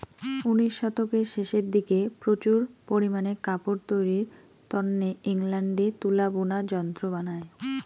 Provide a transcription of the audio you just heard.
উনিশ শতকের শেষের দিকে প্রচুর পারিমানে কাপড় তৈরির তন্নে ইংল্যান্ডে তুলা বুনা যন্ত্র বানায়